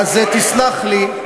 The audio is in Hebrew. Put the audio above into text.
אז תסלח לי,